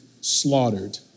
slaughtered